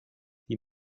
die